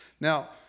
Now